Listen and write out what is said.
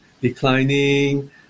declining